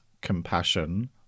compassion